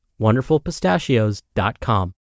wonderfulpistachios.com